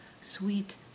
Sweet